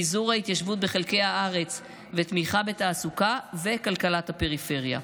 פיזור ההתיישבות בחלקי הארץ ותמיכה בתעסוקה וכלכלת הפריפריה.